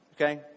Okay